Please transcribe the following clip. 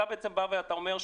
אתה בעצם בא ואומר,